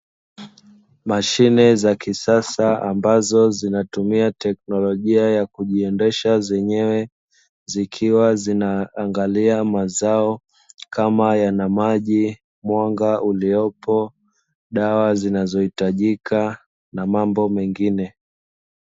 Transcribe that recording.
Mashine za kisasa ambazo zinatumia teknolojia ya kujiendesha zenyewe, zikiwa zinaangalia mazao kama yana maji, mwanga ulipo, dawa zinazohitajika na mambo mengine.